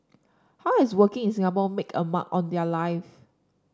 how has working in Singapore made a mark on their lives